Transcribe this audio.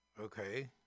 okay